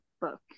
book